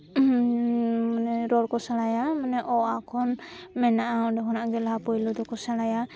ᱨᱚᱲ ᱠᱚ ᱥᱮᱬᱟᱭᱟ ᱚᱼᱟ ᱠᱷᱚᱱ ᱢᱮᱱᱟᱜᱼᱟ ᱚᱸᱰᱮ ᱠᱷᱚᱱᱟᱜ ᱜᱮ ᱞᱟᱦᱟ ᱯᱳᱭᱞᱳ ᱫᱚᱠᱚ ᱥᱮᱬᱟᱭᱟ